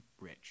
rich